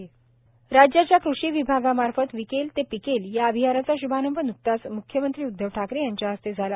विकेल ते पिकेल राज्याच्या कृषी विभागामार्फत विकेल ते पिकेल या अभियानाचा शुभारंभ न्कताच म्ख्यमंत्री उद्धव ठाकरे यांच्या हस्ते झाला